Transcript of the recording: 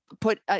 put